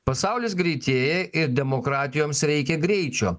pasaulis greitėja ir demokratijoms reikia greičio